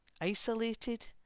Isolated